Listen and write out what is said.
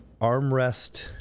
armrest